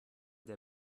der